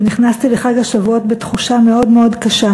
שנכנסתי לחג השבועות בתחושה מאוד מאוד קשה.